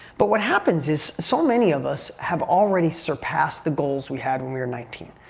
but what happens is, so many of us have already surpassed the goals we had when we were nineteen.